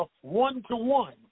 one-to-one